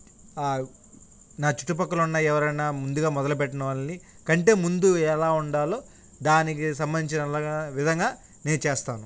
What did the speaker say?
నా చుట్టుపక్కల ఉన్న ఎవరైనా ముందుగా మొదలుపెట్టిన వాళ్ళని కంటే ముందు ఎలా ఉండాలో దానికి సంబంధించినల్లగా విధంగా నేను చేస్తాను